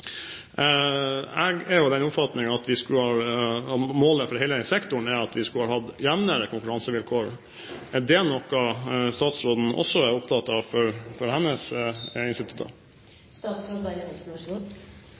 Jeg er av den oppfatning at målet for hele denne sektoren er at vi skulle hatt jevnere konkurransevilkår. Er det noe statsråden også er opptatt av for hennes institutter? Når det gjelder forskningsfartøy, er jeg helt enig i at det er antall seilingsdøgn som er viktig. Så